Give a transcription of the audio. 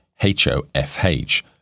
HOFH